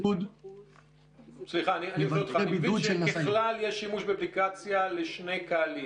אני מבין שכלל יש שימוש באפליקציה לשני קהלים: